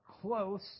close